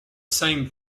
same